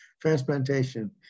transplantation